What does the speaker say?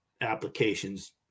applications